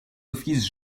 office